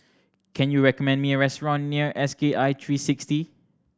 can you recommend me a restaurant near S K I three sixty